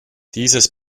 dieses